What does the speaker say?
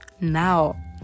Now